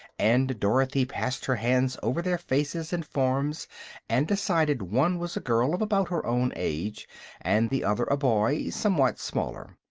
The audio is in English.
and dorothy passed her hands over their faces and forms and decided one was a girl of about her own age and the other a boy somewhat smaller.